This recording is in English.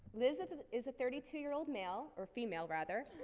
liz is a thirty two year old male, or female rather.